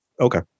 Okay